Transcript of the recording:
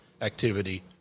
activity